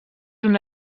una